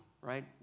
right